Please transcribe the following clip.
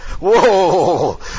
Whoa